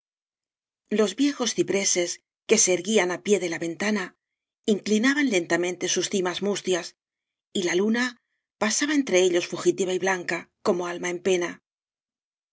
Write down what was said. los viejos cipreses que se erguían a pie de la ventana inclinaban lentamente sus cimas mustias y la luna pasaba entre ellos fugitiva y blanca como alma en pena